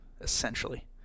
essentially